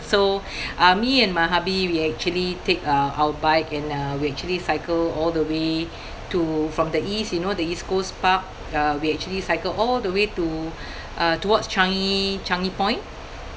so uh me and my hubby we actually take uh our bike and uh we actually cycle all the way to from the east you know the east coast park uh we actually cycle all the way to uh towards changi changi point